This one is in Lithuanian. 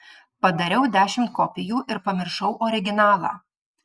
padariau dešimt kopijų ir pamiršau originalą